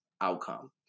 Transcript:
outcome